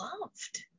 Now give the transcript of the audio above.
loved